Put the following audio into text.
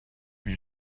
your